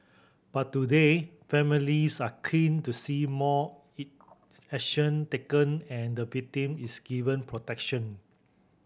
but today families are keen to see more it action taken and the victim is given protection